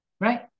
Right